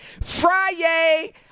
Friday